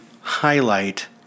highlight